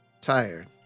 tired